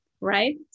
right